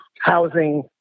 housing